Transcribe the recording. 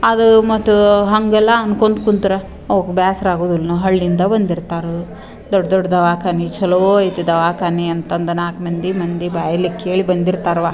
ಅದು ಮತ್ತೆ ಹಾಗೆಲ್ಲ ಅನ್ಕೊಂತ ಕುಂತ್ರೆ ಅವ್ಕೆ ಬೇಸ್ರ ಆಗೋದಿಲ್ಲನು ಹಳ್ಳಿಯಿಂದ ಬಂದಿರ್ತಾರೆ ದೊಡ್ಡ ದೊಡ್ಡ ದವಾಖಾನಿ ಚಲೋ ಐತೆ ದವಾಖಾನಿ ಅಂತಂದು ನಾಲ್ಕು ಮಂದಿ ಮಂದಿ ಬಾಯಲ್ಲಿ ಕೇಳಿ ಬಂದಿರ್ತಾರವ್ವ